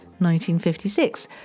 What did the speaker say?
1956